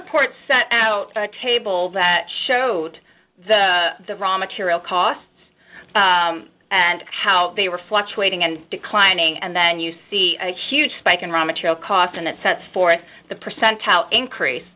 report set out a table that showed the raw material costs and how they were fluctuating and declining and then you see a huge spike in raw material costs and that set forth the percentile increase